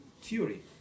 theory